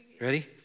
ready